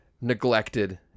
neglected